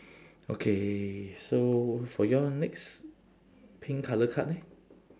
okay so for your next pink colour card leh